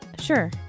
Sure